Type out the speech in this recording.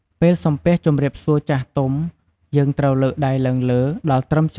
ពេលសំពះជម្រាបសួរចាស់ទុំ យើងត្រូវលើកដៃឡើងលើដល់ត្រឹមច្រមុះ។